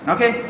Okay